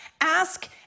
ask